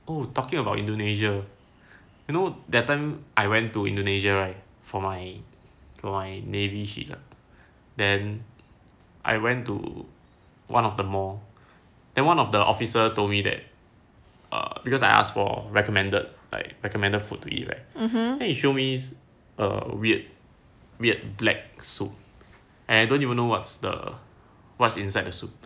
oh talking about indonesia you know that time I went to indonesia right for my for my navy shit ah then I went to one of the mall then one of the officer told me that err because I asked for recommended like recommended food to eat right then he showed me a weird weird black soup and I don't even know what's the what's inside the soup